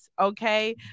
Okay